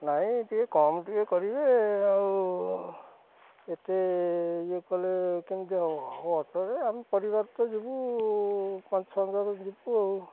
ନାଇଁ ଟିକେ କମ୍ ଟିକେ କରିବେ ଆଉ ଏତେ ଇଏ କଲେ କେମିତି ହ ହଉ ଅଟୋରେ ଆମେ ପରିବାର ତ ଯିବୁ ପାଞ୍ଚ ଛଅଜଣ ଯିବୁ ଆଉ